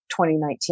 2019